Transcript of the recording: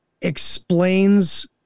explains